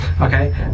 Okay